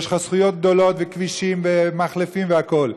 יש לך זכויות גדולות, כבישים, מחלפים והכול.